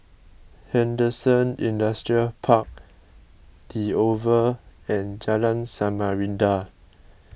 Henderson Industrial Park the Oval and Jalan Samarinda